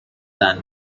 than